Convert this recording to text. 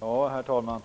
Herr talman!